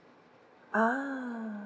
ah